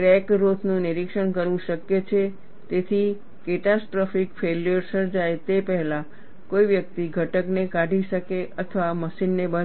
crack growth નું નિરીક્ષણ કરવું શક્ય છે જેથી કેટાસ્ટ્રોફીક ફેલ્યોર સર્જાય તે પહેલાં કોઈ વ્યક્તિ ઘટક ને કાઢી શકે અથવા મશીનને બંધ કરી શકે